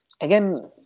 again